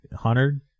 hundred